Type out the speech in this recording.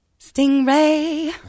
Stingray